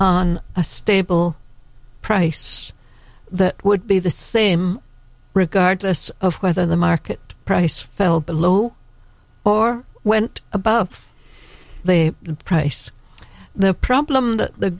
on a stable price that would be the same regardless of whether the market price fell below or went above the price the problem th